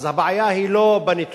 אז הבעיה היא לא בנתונים,